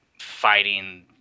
fighting